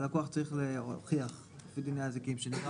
הלקוח צריך להוכיח לפי דיני נזיקין שנגרם